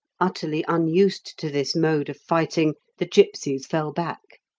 utterly unused to this mode of fighting, the gipsies fell back.